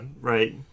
right